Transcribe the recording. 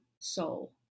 soul